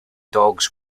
dogs